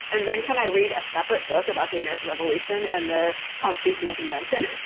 and then can i read a separate book about the american revolution and the constitutional convention?